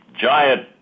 giant